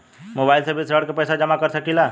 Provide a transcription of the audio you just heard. Mobile से भी ऋण के पैसा जमा कर सकी ला?